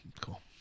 cool